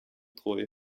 treu